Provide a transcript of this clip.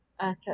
Okay